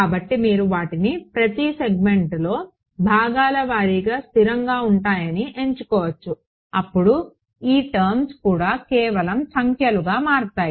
కాబట్టి మీరు వాటిని ప్రతి సెగ్మెంట్లో భాగాల వారీగా స్థిరంగా ఉంటాయని అనుకోవచ్చు అప్పుడు ఈ టర్మ్స్ కూడా కేవలం సంఖ్యలుగా మారతాయి